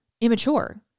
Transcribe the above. immature